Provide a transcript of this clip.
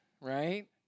right